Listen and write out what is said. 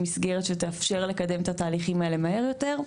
מסגרת שתאפשר לקדם את התהליכים האלה מהר יותר.